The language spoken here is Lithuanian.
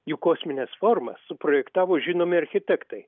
juk kosminės formą suprojektavo žinomi architektai